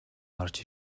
орж